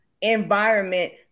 environment